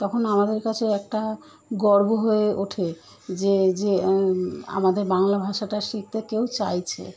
তখন আমাদের কাছে একটা গর্ব হয়ে ওঠে যে যে আমাদের বাংলা ভাষাটা শিখতে কেউ চাইছে